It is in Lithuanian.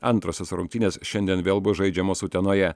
antrosios rungtynės šiandien vėl bus žaidžiamos utenoje